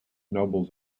nobles